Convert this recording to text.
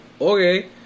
Okay